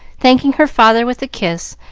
thanking her father with a kiss,